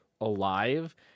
alive